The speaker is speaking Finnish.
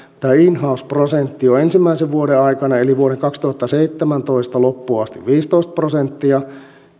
tämä in house prosentti on ensimmäisen vuoden aikana eli vuoden kaksituhattaseitsemäntoista loppuun asti viisitoista prosenttia